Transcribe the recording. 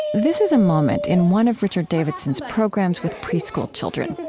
this is a moment in one of richard davidson's programs with preschool children.